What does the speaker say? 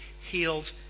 healed